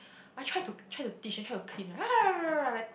I try to try to teach then try to clean right like